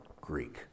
Greek